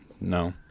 No